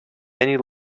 many